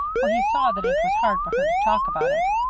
for he saw that it was hard for her to talk about it.